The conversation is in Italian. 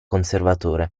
conservatore